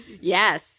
Yes